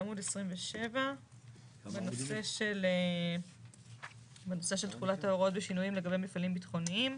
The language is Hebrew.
בעמוד 27. בנושא של תחולת ההוראות והשינויים לגבי מפעלים ביטחוניים.